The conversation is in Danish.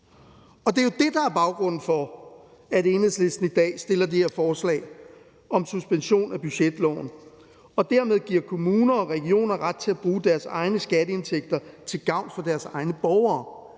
Det er jo det, der er baggrunden for, at Enhedslisten fremsætter det her forslag om en suspension af budgetloven og dermed giver kommuner og regioner ret til at bruge deres egne skatteindtægter til gavn for deres egne borgere.